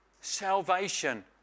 salvation